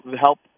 help